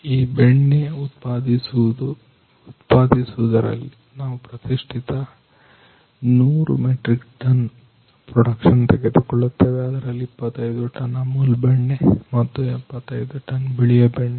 ಈ ಬೆಣ್ಣೆ ಉತ್ಪಾದಿಸುವುದು ರಲ್ಲಿ ನಾವು ಪ್ರತಿನಿತ್ಯ 100 ಮೆಟ್ರಿಕ್ ಟನ್ ಪ್ರೊಡಕ್ಷನ್ ತೆಗೆದುಕೊಳ್ಳುತ್ತೇವೆ ಅದರಲ್ಲಿ 25 ಟನ್ ಅಮೂಲ್ ಬೆಣ್ಣೆ ಮತ್ತು 75 ಟನ್ ಬಿಳಿಯ ಬೆಣ್ಣೆ